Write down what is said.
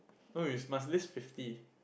oh you must list fifty